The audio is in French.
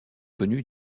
connue